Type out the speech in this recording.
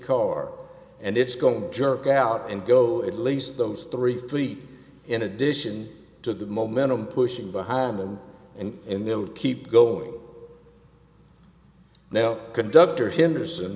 car and it's going to jerk out and go at least those three feet in addition to the momentum pushing behind them and in they'll keep going no conductor hinders